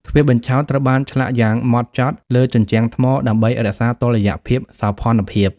ទ្វារបញ្ឆោតត្រូវបានឆ្លាក់យ៉ាងហ្មត់ចត់លើជញ្ជាំងថ្ម ដើម្បីរក្សាតុល្យភាពសោភ័ណភាព។